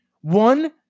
One